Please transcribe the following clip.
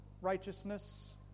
righteousness